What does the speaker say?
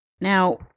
Now